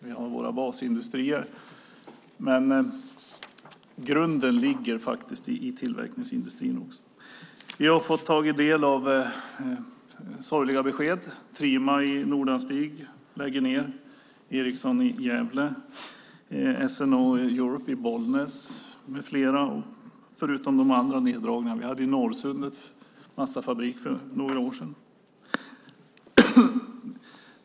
Vi har våra basindustrier, men grunden ligger i tillverkningsindustrin. Vi har fått ta del av sorgliga besked. Trima i Nordanstig, Ericsson i Gävle och SNA Europe i Bollnäs med flera lägger ned. För några år sedan lade Norrsundets massafabrik ned.